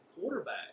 quarterback